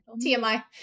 TMI